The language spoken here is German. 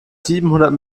siebenhundert